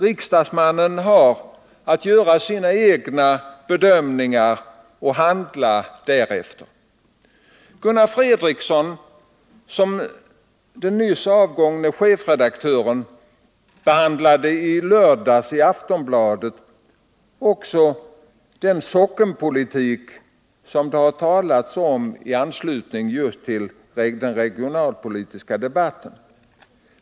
Riksdagsmannen har att göra sina egna bedömningar och handla därefter. Gunnar Fredriksson — den nyss avgångne chefredaktören — behandlade i lördags i Aftonbladet också den sockenpolitik som det har talats om just i anslutning till den regionalpolitiska debatten.